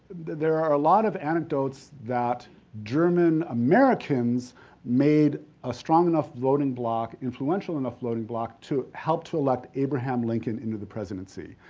there are a lot of anecdotes that german americans made a strong enough voting block, influential enough voting block, to help to elect abraham lincoln into the presidency.